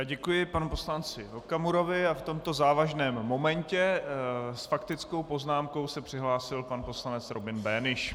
Děkuji panu poslanci Okamurovi a v tomto závažném momentě s faktickou poznámkou se přihlásil pan poslanec Robin Böhnisch.